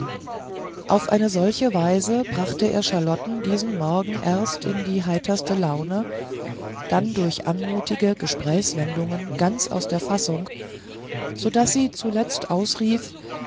auf eine solche weise brachte er charlotten diesen morgen erst in die heiterste laune dann durch anmutige gesprächswendungen ganz aus der fassung so daß sie zuletzt ausrief